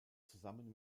zusammen